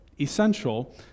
essential